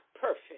perfect